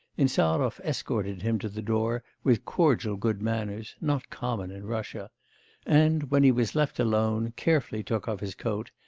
insarov escorted him to the door with cordial good manners, not common in russia and, when he was left alone, carefully took off his coat,